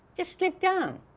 just slip down.